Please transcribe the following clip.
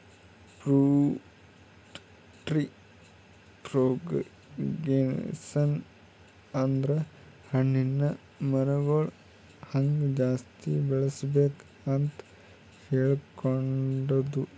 fruit tree propagation ಅಂದ್ರ ಹಣ್ಣಿನ್ ಮರಗೊಳ್ ಹೆಂಗ್ ಜಾಸ್ತಿ ಬೆಳಸ್ಬೇಕ್ ಅಂತ್ ಹೇಳ್ಕೊಡದು